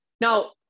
Now